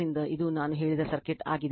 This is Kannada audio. ಆದ್ದರಿಂದ ಇದು ನಾನು ಹೇಳಿದ ಸರ್ಕ್ಯೂಟ್ ಆಗಿದೆ